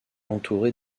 entouré